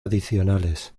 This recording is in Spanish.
adicionales